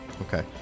Okay